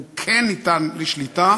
הוא כן ניתן לשליטה,